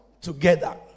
together